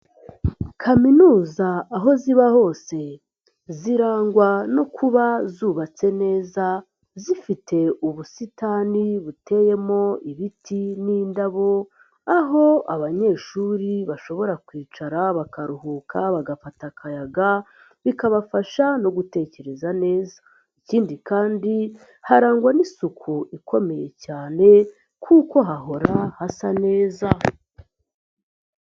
Kaminuza aho ziba hose zirangwa no kuba zubatse neza zifite ubusitani buteyemo ibiti n'indabo, aho abanyeshuri bashobora kwicara bakaruhuka bagafata akayaga bikabafasha no gutekereza neza, ikindi kandi harangwa n'isuku ikomeye cyane kuko hahora hasa neza.